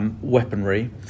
Weaponry